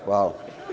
Hvala.